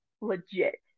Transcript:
legit